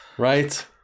right